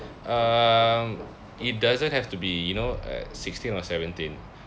uh it doesn't have to be you know at sixteen or seventeen